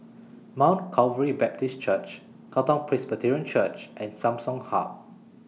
Mount Calvary Baptist Church Katong Presbyterian Church and Samsung Hub